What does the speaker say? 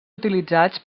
utilitzats